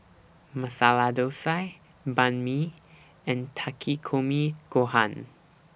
Masala Dosa Banh MI and Takikomi Gohan